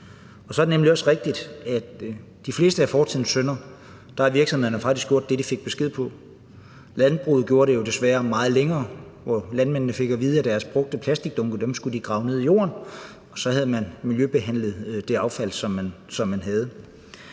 de fleste af fortidens synder har virksomhederne faktisk gjort det, de fik besked på. Landbruget forurenede jo desværre meget længere tid, hvor landmændene fik at vide, at de skulle grave deres brugte plastikdunke ned i jorden, og så havde man miljøbehandlet det affald, som man havde.